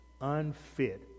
unfit